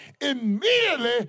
immediately